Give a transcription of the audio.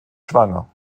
schwanger